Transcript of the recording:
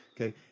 Okay